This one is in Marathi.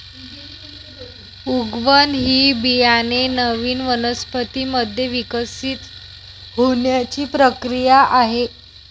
उगवण ही बियाणे नवीन वनस्पतीं मध्ये विकसित होण्याची प्रक्रिया आहे